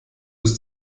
ist